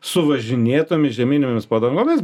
suvažinėtomis žieminėmis padangomis